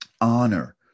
honor